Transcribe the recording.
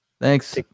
thanks